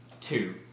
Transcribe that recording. two